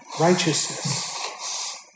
righteousness